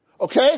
Okay